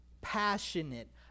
passionate